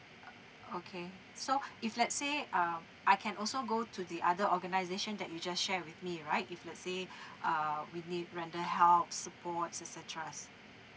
uh okay so if let's say um I can also go to the other organisation that you just shared with me right if let's say uh we need render helps supports et cetera